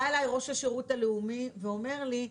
בא אליי ראש השירות הלאומי ואומר לי,